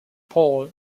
paul